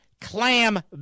Clam